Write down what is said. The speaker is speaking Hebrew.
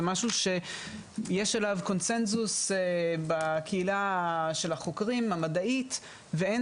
זה משהו שיש עליו קונצנזוס בקהילה של החוקרים המדעית ואין